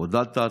הודעת על